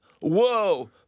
whoa